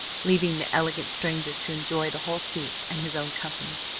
leaving the elegant stranger to enjoy the whole seat and his own company.